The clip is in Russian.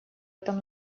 этом